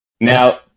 Now